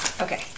Okay